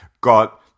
got